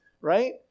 right